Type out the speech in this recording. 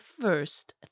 first